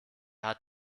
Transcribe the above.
hat